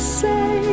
say